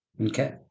Okay